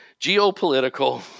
geopolitical